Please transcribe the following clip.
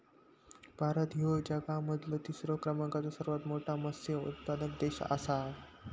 भारत ह्यो जगा मधलो तिसरा क्रमांकाचो सर्वात मोठा मत्स्य उत्पादक देश आसा